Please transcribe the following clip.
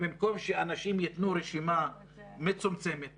ובמקום שאנשים ייתנו רשימה מצומצמת,